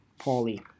paulie